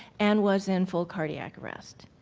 and was in full cardiac arrest.